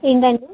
ఏంటండీ